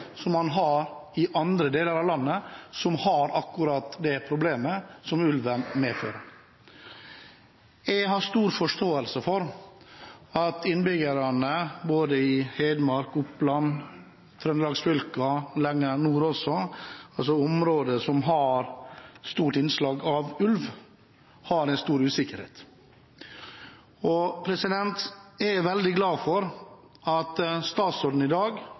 usikkerhet man har i andre deler av landet med de problemene som ulven medfører. Jeg har stor forståelse for at innbyggerne i både Hedmark, Oppland, Trøndelagsfylkene og lenger nord også – altså områder som har stort innslag av ulv – har stor usikkerhet. Jeg er veldig glad for at statsråden i dag